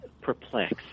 perplexed